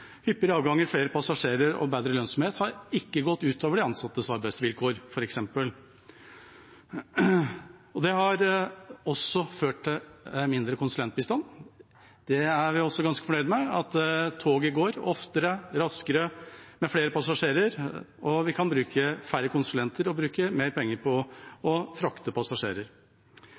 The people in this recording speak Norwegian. hyppigere avganger, flere passasjerer og bedre lønnsomhet har f.eks. ikke gått ut over de ansattes arbeidsvilkår. Det har også ført til mindre konsulentbistand, og det er vi også ganske fornøyd med, at toget går oftere, raskere og med flere passasjerer, og at vi kan bruke færre konsulenter og mer penger på å frakte passasjerer.